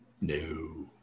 No